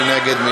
מי נגד?